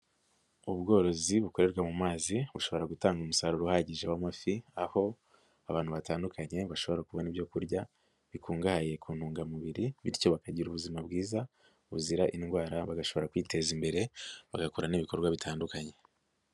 Ubworozi bukorerwa mu mazi, bushobora gutanga umusaruro uhagije w'amafi, aho abantu batandukanye bashobora kubona ibyo kurya, bikungahaye ku ntungamubiri, bityo bakagira ubuzima bwiza, buzira indwara bagashobora kwiteza imbere, bagakora n'ibikorwa bitandukanye.